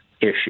issue